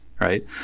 right